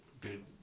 good